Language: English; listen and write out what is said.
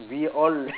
we all